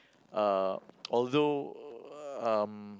uh although um